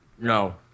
No